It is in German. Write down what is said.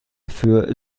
für